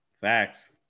Facts